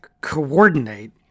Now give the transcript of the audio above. coordinate